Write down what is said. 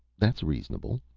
that's reasonable.